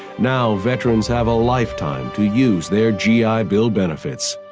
now veterans have a lifetime to use their gi bill benefits.